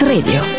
Radio